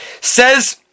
says